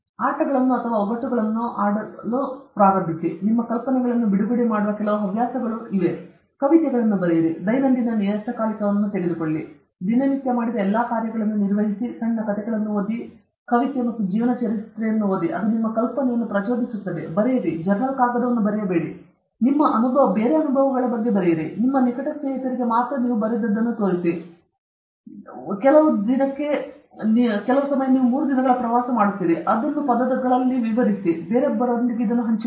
ಆಟಗಳನ್ನು ಅಥವಾ ಒಗಟುಗಳನ್ನು ಪ್ಲೇ ಮಾಡಲು ಪ್ರಾರಂಭಿಸಿ ನಿಮ್ಮ ಕಲ್ಪನೆಗಳನ್ನು ಬಿಡುಗಡೆ ಮಾಡುವ ಕೆಲವು ಹವ್ಯಾಸಗಳನ್ನು ಹೊಂದಿವೆ ಕೆಲವು ಕವಿತೆಗಳನ್ನು ಬರೆಯಿರಿ ಅಥವಾ ದೈನಂದಿನ ನಿಯತಕಾಲಿಕವನ್ನು ಕಾಪಾಡಿಕೊಳ್ಳಿ ನೀವು ದಿನನಿತ್ಯ ಮಾಡಿದ ಎಲ್ಲಾ ಕಾರ್ಯಗಳನ್ನು ನಿರ್ವಹಿಸಿ ಸಣ್ಣ ಕಥೆಗಳನ್ನು ಓದಿ ಕವಿತೆ ಮತ್ತು ಜೀವನ ಚರಿತ್ರೆಯನ್ನು ಓದಿ ಅದು ನಿಮ್ಮ ಕಲ್ಪನೆಯನ್ನು ಪ್ರಚೋದಿಸುತ್ತದೆ ಬರೆಯಿರಿ ಜರ್ನಲ್ ಕಾಗದವನ್ನು ಬರೆಯಬೇಡಿ ನಿಮ್ಮ ಅನುಭವಗಳ ಬಗ್ಗೆ ಬರೆಯಿರಿ ಅಥವಾ ನೀವು ಇತರರಿಗೆ ತೋರಿಸಬೇಡ ಏನಾದರೂ ನಿಮ್ಮ ನಿಕಟ ಸ್ನೇಹಿತರಿಗೆ ಮಾತ್ರ ತೋರಿಸಿ ನೀವು ಕೆಲವು ದಿನಕ್ಕೆ ಮೂರು ದಿನಗಳ ಪ್ರವಾಸವನ್ನು ಮಾಡುತ್ತಿದ್ದೀರಿ ಅದನ್ನು ಪದದ ಮೇಲೆ ಬರೆಯಿರಿ ಮತ್ತು ಬೇರೊಬ್ಬರೊಂದಿಗೆ ಇದನ್ನು ಹಂಚಿಕೊಳ್ಳುತ್ತೀರಿ